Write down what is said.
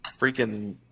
freaking